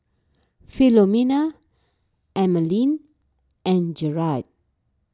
Philomena Emaline and Jarrett